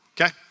okay